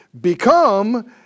become